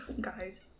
guys